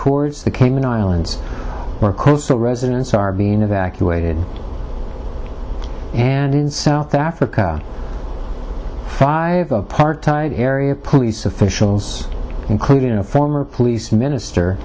towards the cayman islands the residents are being evacuated and in south africa five apartheid area police officials including a former police minister